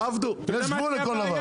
יש גבול לכל דבר.